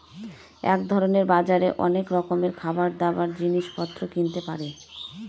এক ধরনের বাজারে অনেক রকমের খাবার, দাবার, জিনিস পত্র কিনতে পারে